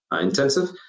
intensive